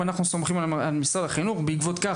ואנחנו סומכים על משרד החינוך בעקבות כך